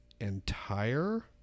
entire